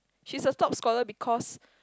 she is the top scholar because